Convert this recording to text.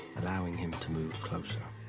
allowing him to move closer.